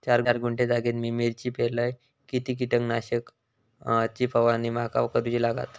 चार गुंठे जागेत मी मिरची पेरलय किती कीटक नाशक ची फवारणी माका करूची लागात?